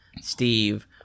Steve